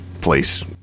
place